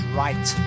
right